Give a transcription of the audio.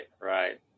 right